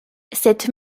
cette